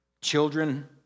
Children